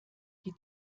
die